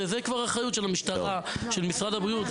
זה כבר אחריות של המשטרה ושל משרד הבריאות.